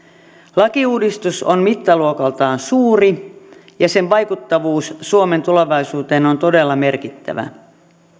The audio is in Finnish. lakiuudistus on mittaluokaltaan suuri ja sen vaikuttavuus suomen tulevaisuuteen on todella merkittävä